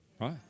Right